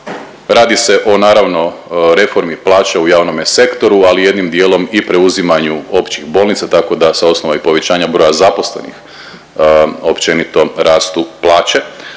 Radi se o naravno reformi plaća u javnome sektoru, ali jednim dijelom i preuzimanju općih bolnica, tako da sa osnova i povećanja broja zaposlenih općenito rastu plaće.